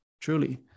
truly